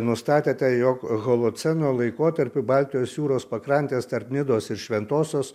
nustatėte jog holoceno laikotarpiu baltijos jūros pakrantės tarp nidos ir šventosios